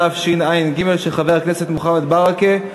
התשע"ג 2013, של חבר הכנסת מוחמד ברכה.